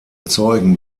zeugen